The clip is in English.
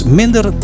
minder